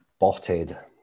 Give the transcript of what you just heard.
botted